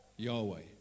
Yahweh